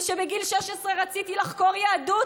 וכשבגיל 16 רציתי לחקור יהדות,